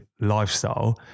lifestyle